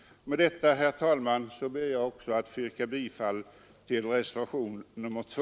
Med det anförda, herr talman, ber jag också att få yrka bifall till reservationen 2.